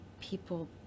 people